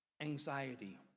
anxiety